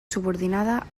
subordinada